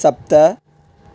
सप्त